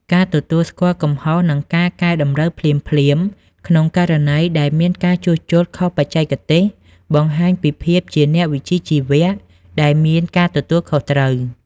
ការទទួលស្គាល់កំហុស និងការកែតម្រូវភ្លាមៗក្នុងករណីដែលមានការជួសជុលខុសបច្ចេកទេស បង្ហាញពីភាពជាអ្នកវិជ្ជាជីវៈដែលមានការទទួលខុសត្រូវ។